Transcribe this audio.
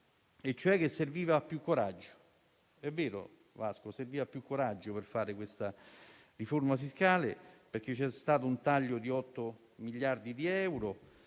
ossia che serviva più coraggio. È vero, serviva più coraggio per fare questa riforma fiscale. C'è stato un taglio di 8 miliardi di euro,